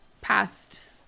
past